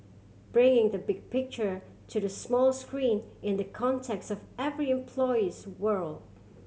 bringing the big picture to the small screen in the context of every employee's world